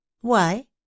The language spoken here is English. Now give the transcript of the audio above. Why